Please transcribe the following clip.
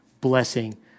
blessing